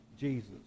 Jesus